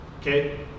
okay